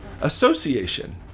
association